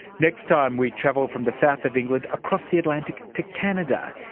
next time we travel from the south of england across the atlantic to canada,